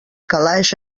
calaix